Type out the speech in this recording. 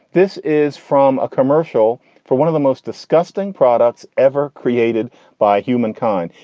this is from a commercial for one of the most disgusting products ever created by humankind.